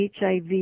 HIV